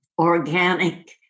organic